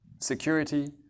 security